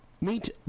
Meet